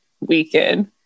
weekend